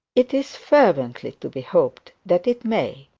it is fervently to be hoped that it may.